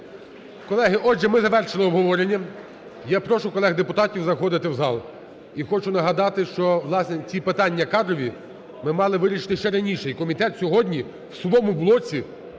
Колеги, отже, ми завершили обговорення і я прошу колег депутатів заходити в зал і хочу нагадати, що, власне, ці питання кадрові ми мали вирішити ще раніше і комітет сьогодні в своєму блоці